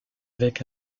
avec